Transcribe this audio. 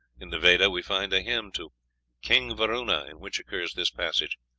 in the veda we find a hymn to king varuna, in which occurs this passage